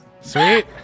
sweet